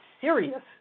serious